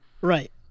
Right